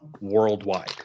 worldwide